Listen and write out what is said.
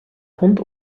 hund